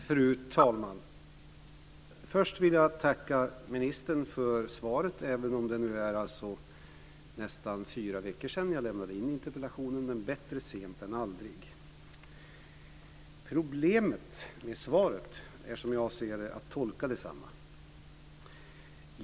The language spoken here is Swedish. Fru talman! Först vill jag tacka ministern för svaret. Det är nu nästan fyra veckor sedan jag lämnade in interpellationen, men bättre sent än aldrig. Problemet med svaret är, som jag ser det, att tolka detsamma.